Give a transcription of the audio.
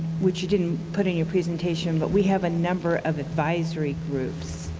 which you didn't put in your presentation, but we have a number of advisory groups